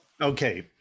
okay